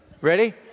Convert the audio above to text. Ready